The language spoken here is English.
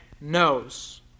knows